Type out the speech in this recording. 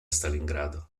stalingrado